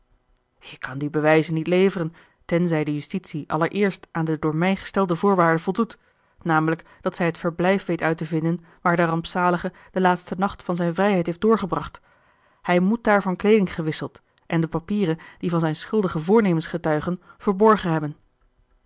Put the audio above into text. ik kan die bewijzen niet leveren tenzij de justitie allereerst aan de door mij gestelde voorwaarde voldoet namelijk dat zij het verblijf weet uit te vinden waar de rampzalige den laatsten nacht van zijne vrijheid heeft doorgebracht hij moet daar van kleeding gewisseld en de papieren die van zijne schuldige voornemens getuigen verborgen hebben